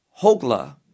Hogla